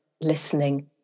listening